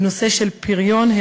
בנושא של פריון,